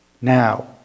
now